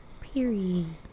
Period